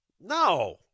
no